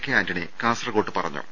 K Antony കാസർകോട്ട് പറഞ്ഞു